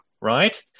right